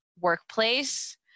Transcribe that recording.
workplace